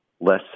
less